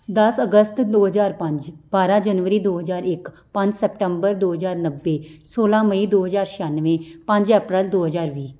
ਦਸ ਅਗਸਤ ਦੋ ਹਜ਼ਾਰ ਪੰਜ ਬਾਰਾਂ ਜਨਵਰੀ ਦੋ ਹਜ਼ਾਰ ਇੱਕ ਪੰਜ ਸਪਤੰਬਰ ਦੋ ਹਜ਼ਾਰ ਨੱਬੇ ਸੌਲਾਂ ਮਈ ਦੋ ਹਜ਼ਾਰ ਛਿਆਨਵੇਂ ਪੰਜ ਅਪ੍ਰੈਲ ਦੋ ਹਜ਼ਾਰ ਵੀਹ